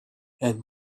and